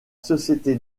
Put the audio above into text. société